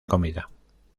comida